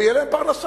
ותהיה להם פרנסה.